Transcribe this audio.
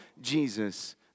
Jesus